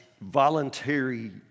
voluntary